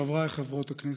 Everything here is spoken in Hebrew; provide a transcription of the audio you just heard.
חברי וחברות הכנסת,